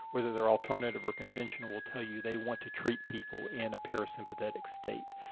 whether they are alternative or conventional will tell you they want to treat people in a parasympathetic state.